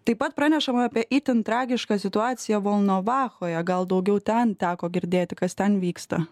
taip pat pranešama apie itin tragišką situaciją volnovahoje gal daugiau ten teko girdėti kas ten vyksta